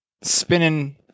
spinning